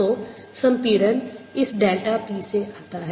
तो संपीड़न इस डेल्टा p से आता है